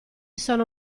sono